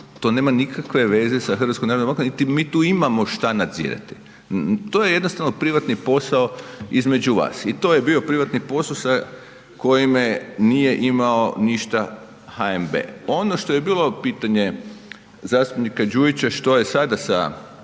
narodnom bankom, niti mi tu imamo što nadzirati. To je jednostavno privatni posao između vas i to je bio privatni posao sa kojim nije imao ništa HNB-e. Ono što je bilo pitanje zastupnika Đujića što je sada sa tom